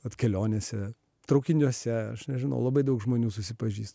bet kelionėse traukiniuose aš nežinau labai daug žmonių susipažįsti